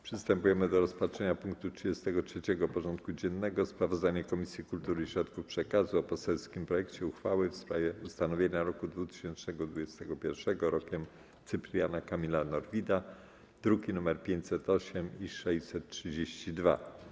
Przystępujemy do rozpatrzenia punktu 33. porządku dziennego: Sprawozdanie Komisji Kultury i Środków Przekazu o poselskim projekcie uchwały w sprawie ustanowienia roku 2021 rokiem Cypriana Kamila Norwida (druki nr 508 i 632)